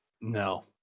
No